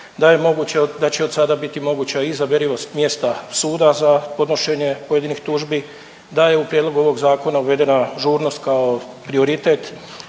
da će od sada biti moguća i izaberivost mjesta suda za podnošenje pojedinih tužbi, da je u prijedlogu ovog zakona uvedena žurnost kao prioritet,